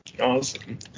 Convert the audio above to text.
Awesome